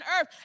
earth